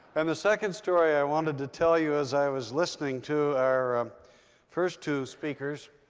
and the second story i wanted to tell you as i was listening to our um first two speakers,